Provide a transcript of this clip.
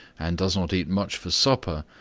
and does not eat much for supper,